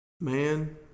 man